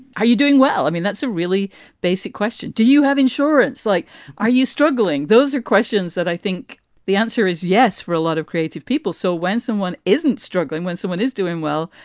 you doing? well, i mean, that's a really basic question. do you have insurance like are you struggling? those are questions that i think the answer is yes for a lot of creative people. so when someone isn't struggling, when someone is doing well,